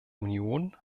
union